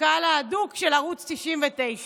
הקהל האדוק של ערוץ 99,